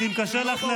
תתבייש לך.